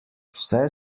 vse